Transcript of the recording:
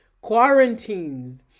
quarantines